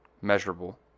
measurable